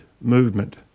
movement